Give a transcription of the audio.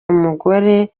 umugore